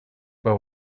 but